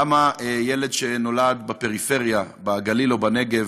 למה ילד שנולד בפריפריה, בגליל או בנגב,